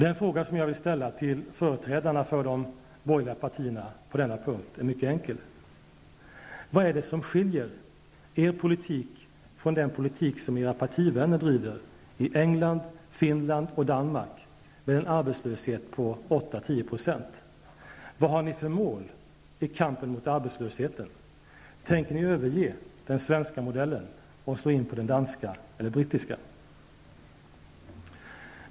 Den fråga jag vill ställa till företrädarna för de borgerliga partierna på denna punkt är mycket enkel: Vad är det som skiljer er politik från den politik som era partivänner driver i England, Finland och Danmark, med en arbetslöshet på 8-- 10 %? Vad har ni för mål för kampen mot arbetslösheten? Tänker ni överge den svenska modellen och slå in på den danska eller brittiska?